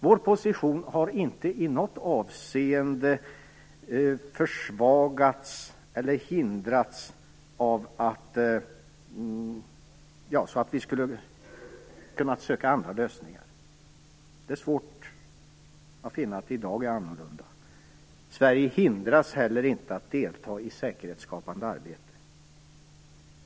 Vår position har inte i något avseende försvagats eller hindrats av det, så vi skulle kunna söka andra lösningar. Det är svårt att finna att det i dag är annorlunda. Sverige hindras inte heller från att delta i säkerhetsskapande arbete.